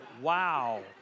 Wow